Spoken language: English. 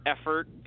effort